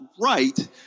right